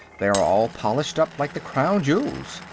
they are all polished up like the crown jewels.